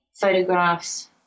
photographs